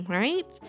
right